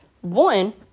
one